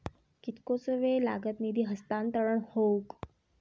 कितकोसो वेळ लागत निधी हस्तांतरण हौक?